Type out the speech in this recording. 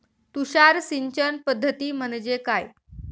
तुषार सिंचन पद्धती म्हणजे काय?